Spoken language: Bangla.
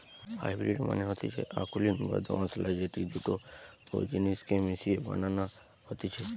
হাইব্রিড মানে হতিছে অকুলীন বা দোআঁশলা যেটি দুটা জিনিস কে মিশিয়ে বানানো হতিছে